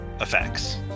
effects